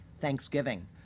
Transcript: thanksgiving